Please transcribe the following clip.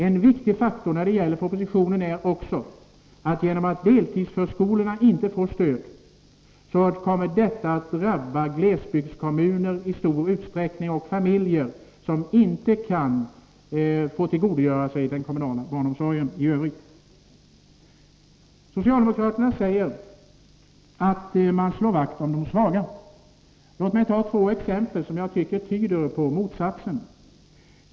En viktig faktor när det gäller propositionen är även att deltidsförskolorna inte får stöd, vilket i stor utsträckning kommer att drabba glesbygdskommunerna och familjer som inte kan tillgodogöra sig den kommunala barnomsorgen i övrigt. Socialdemokraterna säger att de slår vakt om de svaga. Låt mig ge två exempel, som jag tycker tyder på motsatsen.